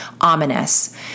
ominous